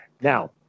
now